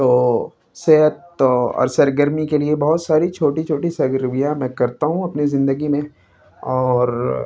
تو صحت اور سرگرمی کے لیے بہت ساری چھوٹی چھوٹی سرگرمیاں میں کرتا ہوں اپنی زندگی میں اور